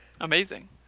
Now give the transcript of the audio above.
amazing